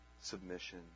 submission